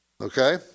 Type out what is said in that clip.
Okay